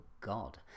God